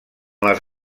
les